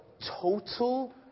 total